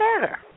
better